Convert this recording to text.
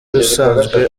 usanzwe